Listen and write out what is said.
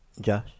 Josh